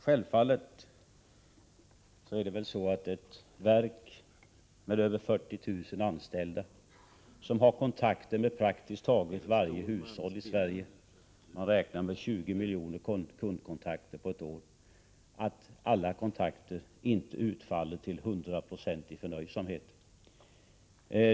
Herr talman! Självfallet kan väl ett verk med över 40 000 anställda, vilket har kontakter med praktiskt taget varje hushåll i Sverige och räknar med 20 miljoner kundkontakter på ett år, inte få hundraprocentigt nöjda kunder.